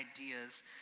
ideas